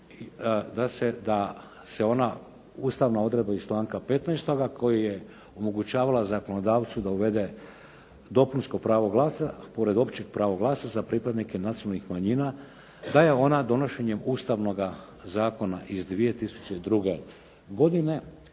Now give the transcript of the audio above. da se ona ustavna odredba iz članka 15. koja je omogućavala zakonodavcu da uvede dopunsko pravo glasa, pored općeg prava glasa za pripadnike nacionalnih manjina da je ona donošenjem Ustavnoga zakona iz 2002. godine